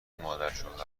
مادرشوهرتو